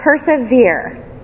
persevere